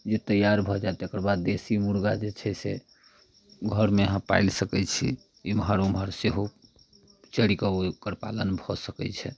जे तैआर भऽ जाएत तकर बाद देशी मुर्गा जे छै से घरमे अहाँ पालि सकैत छी इमहर उमहर सेहो चरि कऽ ओकर पालन भऽ सकैत छै